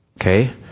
Okay